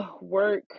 work